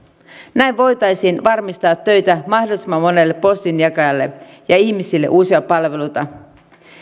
näin voitaisiin varmistaa töitä mahdollisimman monelle postinjakajalle ja ihmisille uusia palveluita